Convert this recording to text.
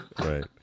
right